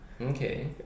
Okay